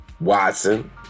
Watson